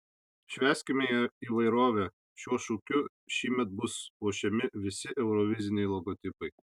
švęskime įvairovę šiuo šūkiu šįmet bus puošiami visi euroviziniai logotipai